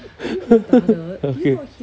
okay